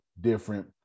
different